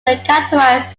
categorized